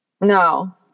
No